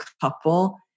couple